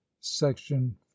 Section